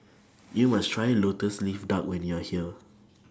YOU must Try Lotus Leaf Duck when YOU Are here